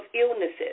illnesses